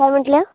काय म्हटलं